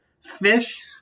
fish